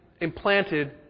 implanted